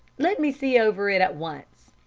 let me see over it at once.